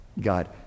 God